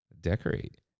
decorate